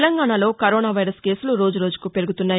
తెలంగాణలో corona virus కేసులు రోజురోజుకు పెరుగుతున్నాయి